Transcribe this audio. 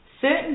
Certain